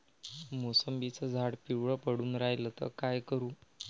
मोसंबीचं झाड पिवळं पडून रायलं त का करू?